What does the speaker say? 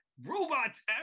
robots